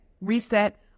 Reset